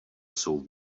jsou